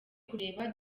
kureba